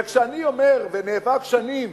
וכשאני אומר, ונאבק שנים